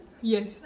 Yes